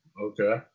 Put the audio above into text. okay